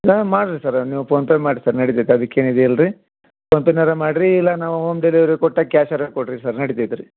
ಹಾಂ ಮಾಡಿರಿ ಸರ ನೀವು ಫೋನ್ಪೇ ಮಾಡಿ ಸರ್ ನಡಿತೈತೆ ಅದ್ಕೇನು ಇದಿಲ್ಲರಿ ಫೋನ್ಪೇನಾರೂ ಮಾಡಿರಿ ಇಲ್ಲ ನಾವು ಹೋಮ್ ಡೆಲಿವರಿ ಕೊಟ್ಟಾಗ ಕ್ಯಾಶರೂ ಕೊಡಿರಿ ಸರ್ ನಡಿತೈತೆ ರೀ